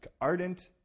ardent